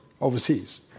overseas